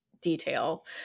detail